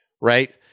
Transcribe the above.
right